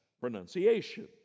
pronunciation